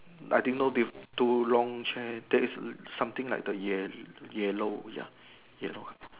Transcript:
I didn't know this two long chair there is something like the ya yellow ya yellow